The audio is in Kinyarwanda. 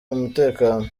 umutekano